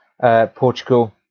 Portugal